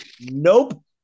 nope